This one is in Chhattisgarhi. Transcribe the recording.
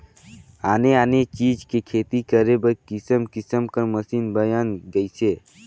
आने आने चीज के खेती करे बर किसम किसम कर मसीन बयन गइसे